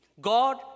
God